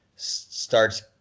starts